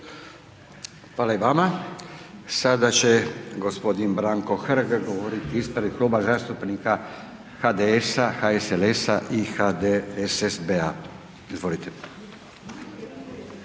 Hvala i vama. Sada će g. Branko Hrg govoriti ispred Kluba zastupnika HDS-HSLS-HDSSB-a. Izvolite.